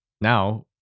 now